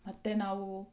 ಮತ್ತು ನಾವು